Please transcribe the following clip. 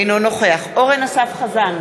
אינו נוכח אורן אסף חזן,